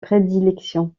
prédilection